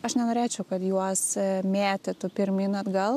aš nenorėčiau kad juos mėtytų pirmyn atgal